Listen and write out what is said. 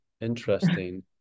Interesting